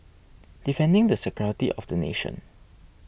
defending the security of the nation